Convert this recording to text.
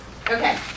Okay